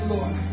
Lord